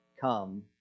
come